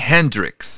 Hendrix